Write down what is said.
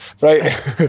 right